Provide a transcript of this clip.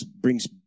brings